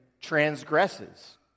transgresses